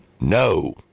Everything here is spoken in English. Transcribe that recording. no